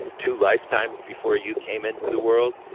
two lifetimes before you came into the world.